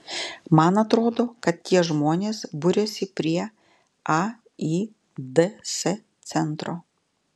man atrodo kad tie žmonės buriasi prie aids centro